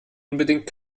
unbedingt